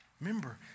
Remember